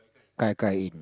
kai kai in